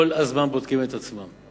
כל הזמן בודקים את עצמם.